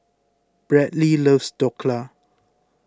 Bradly loves Dhokla